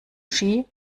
ski